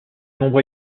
nombre